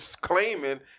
claiming